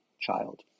child